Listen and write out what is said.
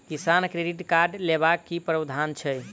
किसान credit card लेबाक की प्रावधान छै?